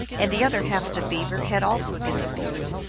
and the other half of the beaver had also disappeared.